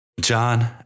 John